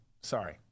Sorry